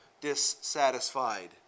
dissatisfied